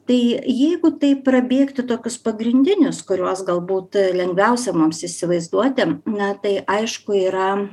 tai jeigu taip prabėgti tokius pagrindinius kuriuos galbūt lengviausia mums įsivaizduoti na tai aišku yra